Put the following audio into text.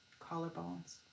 collarbones